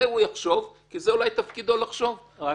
הוא יחשוב כך, כי זה אולי תפקידו לחשוב כך.